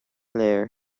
léir